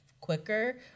quicker